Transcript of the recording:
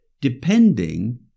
depending